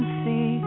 see